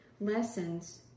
lessons